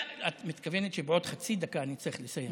את מתכוונת שבעוד חצי דקה אני צריך לסיים.